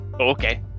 Okay